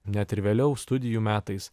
net ir vėliau studijų metais